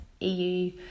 EU